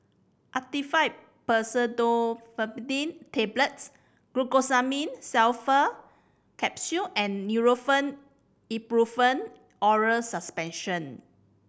Actifed Pseudoephedrine Tablets Glucosamine Sulfate Capsule and Nurofen Ibuprofen Oral Suspension